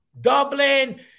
dublin